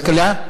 כלכלה?